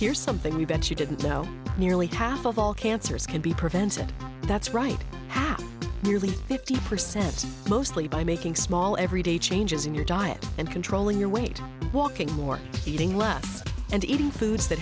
here something we bet you didn't know nearly half of all cancers can be prevented that's right half nearly fifty percent mostly by making small everyday changes in your diet and controlling your weight walking more eating less and eating foods that